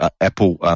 Apple